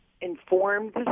informed